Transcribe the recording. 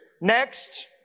next